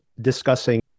discussing